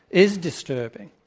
is disturbing.